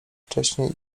wcześniej